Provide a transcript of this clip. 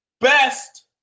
Best